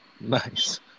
Nice